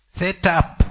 setup